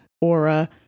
aura